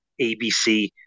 ABC